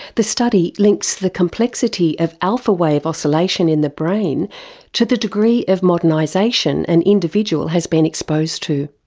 the study links the complexity of alpha wave oscillation in the brain to the degree of modernisation an individual has been exposed to.